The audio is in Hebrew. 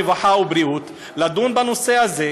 הרווחה והבריאות לדון בנושא הזה,